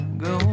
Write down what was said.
go